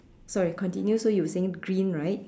sorry continue so you saying green right